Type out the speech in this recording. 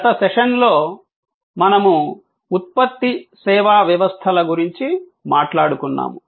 గత సెషన్లో మనము ఉత్పత్తి సేవా వ్యవస్థల గురించి మాట్లాడుకున్నాము